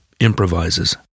improvises